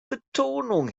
betonung